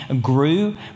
grew